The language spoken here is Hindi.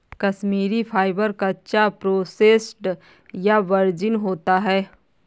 कश्मीरी फाइबर, कच्चा, प्रोसेस्ड या वर्जिन होता है